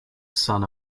son